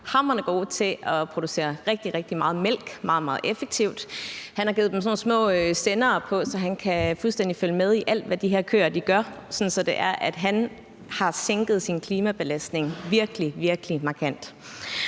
hamrende gode til at producere rigtig, rigtig meget mælk meget, meget effektivt. Han har givet dem sådan nogle små sendere på, så han fuldstændig kan følge med i alt, hvad de her køer gør, sådan at han har sænket sin klimabelastning virkelig, virkelig markant.